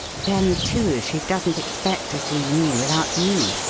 then, too, she doesn't expect to see me without you,